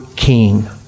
king